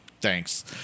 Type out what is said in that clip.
thanks